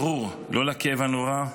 ברור, לא לכאב הנורא,